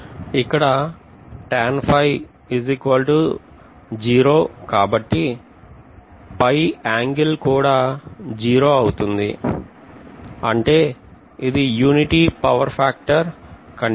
ఇక్కడ కాబట్టి phi angle కూడా0 అవుతుంది అంటే ఇది యూనిటీ పవర్ ఫాక్టర్ కండిషన్